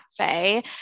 Cafe